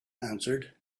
answered